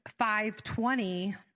5.20